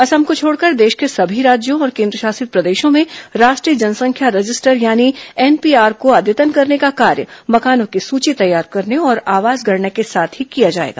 असम को छोडकर देश के सभी राज्यों और केन्द्रशासित प्रदेशों में राष्ट्रीय जनसंख्या रजिस्टर यानी एनपीआर को अद्यतन करने का कार्य मकानों की सूची तैयार करने और आवास गणना के साथ ही किया जाएगा